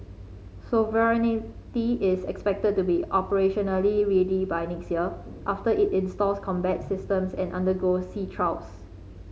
sovereignty is expected to be operationally ready by next year after it installs combat systems and undergoes sea trials